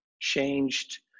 changed